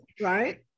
right